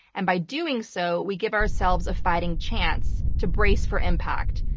and by doing so, we give ourselves a fighting chance to brace for impact.